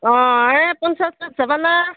অঁ এই পঞ্চায়তত যাবানা